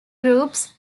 groups